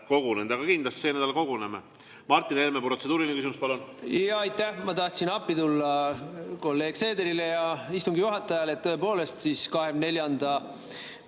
kogunenud, aga kindlasti sel nädalal koguneme. Martin Helme, protseduuriline küsimus, palun! Aitäh! Ma tahtsin appi tulla kolleeg Seederile ja istungi juhatajale. Tõepoolest, 24. märtsi